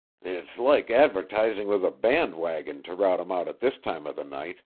it's like advertising with a band wagon to rout em out at this time of the night,